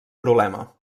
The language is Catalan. problema